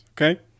Okay